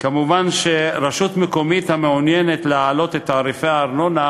מובן שרשות מקומית המעוניינת להעלות את תעריפי הארנונה